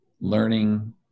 learning